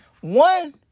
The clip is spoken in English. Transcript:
One